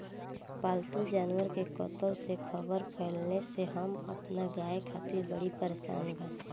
पाल्तु जानवर के कत्ल के ख़बर फैले से हम अपना गाय खातिर बड़ी परेशान बानी